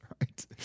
Right